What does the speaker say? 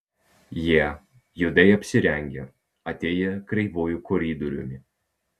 jie juodai apsirengę atėję kreivuoju koridoriumi